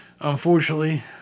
unfortunately